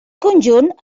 conjunt